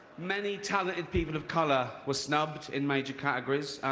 many talented people of color were snubbed in major categories.